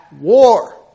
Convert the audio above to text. war